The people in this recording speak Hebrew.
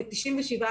כ-97%,